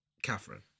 Catherine